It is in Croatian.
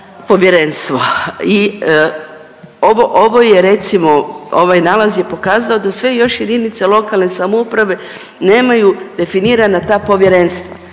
povjerenstvo. I ovo je recimo, ovaj nalaz je pokazao da sve još jedinice lokalne samouprave nemaju definirana ta povjerenstva,